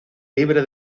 libre